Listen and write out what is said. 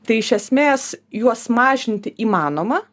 tai iš esmės juos mažinti įmanoma